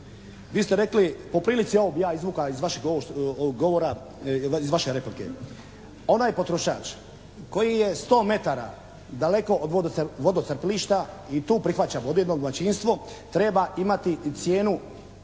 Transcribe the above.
Vi ste rekli, po prilici ovo bih ja izvuka iz vašeg ovo, govora iz vaše replike. Onaj potrošač koji je 100 metara daleko od vodocrpilišta i tu prihvaća vode jedno domaćinstvo treba imati cijenu